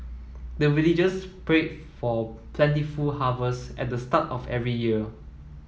the villagers pray for plentiful harvest at the start of every year